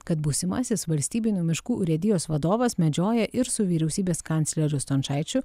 kad būsimasis valstybinių miškų urėdijos vadovas medžioja ir su vyriausybės kancleriu stončaičiu